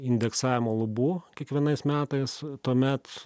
indeksavimo lubų kiekvienais metais tuomet